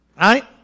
Right